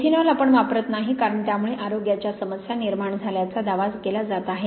methanol आपण वापरत नाही कारण त्यामुळे आरोग्याच्या समस्या निर्माण झाल्याचा दावा केला जात आहे